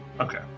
Okay